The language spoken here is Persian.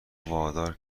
وادار